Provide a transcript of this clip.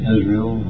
Israel